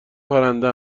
پرنده